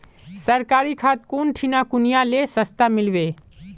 सरकारी खाद कौन ठिना कुनियाँ ले सस्ता मीलवे?